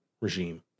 regime